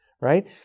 right